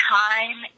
time